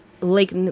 Lake